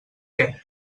què